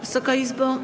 Wysoka Izbo!